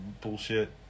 bullshit